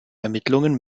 ermittlungen